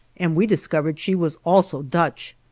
and we discovered she was also dutch.